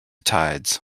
tides